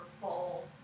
full